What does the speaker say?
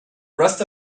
rest